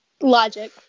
logic